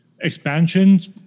expansions